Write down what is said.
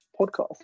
podcast